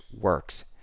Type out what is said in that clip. works